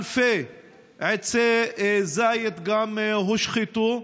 גם אלפי עצי זית הושחתו,